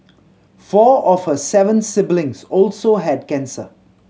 four of her seven siblings also had cancer